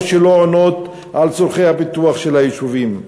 או שלא עונות על צורכי הפיתוח של היישובים.